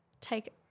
take